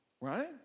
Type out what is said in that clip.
Right